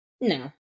No